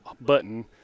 button